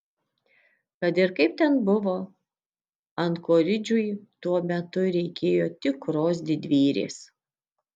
kad ir kaip ten buvo ankoridžui tuo metu reikėjo tikros didvyrės